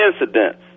incidents